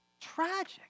Tragic